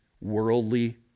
worldly